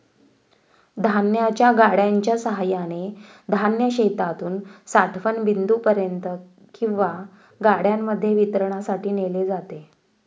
धान्याच्या गाड्यांच्या सहाय्याने धान्य शेतातून साठवण बिंदूपर्यंत किंवा गाड्यांमध्ये वितरणासाठी नेले जाते